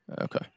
Okay